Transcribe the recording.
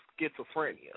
schizophrenia